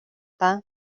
даа